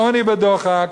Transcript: בעוני ובדוחק,